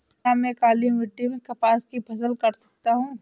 क्या मैं काली मिट्टी में कपास की फसल कर सकता हूँ?